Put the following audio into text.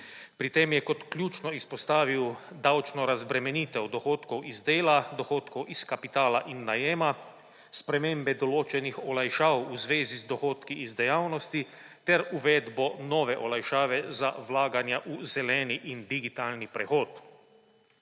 Pri tem je kot ključno izpostavil davčno razbremenitev dohodkov iz dela, dohodkov iz kapitala in najema, spremembe določenih olajšav v zvezi z dohodki iz dejavnosti ter uvedbo nove olajšave za vlaganja v zeleni in digitalni prehod.